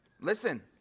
Listen